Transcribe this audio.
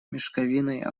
мешковиной